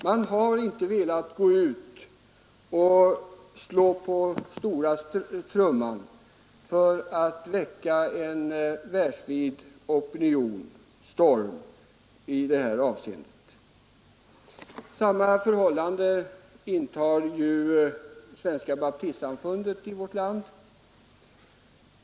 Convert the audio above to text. Man har inte velat gå ut och slå på stora trumman för att väcka en världsvid opinionsstorm i det här avseendet. I vårt land intar Svenska baptistförbundet samma ståndpunkt.